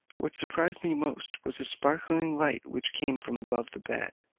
what surprised me most was a sparkling light which came from above the bed.